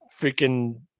freaking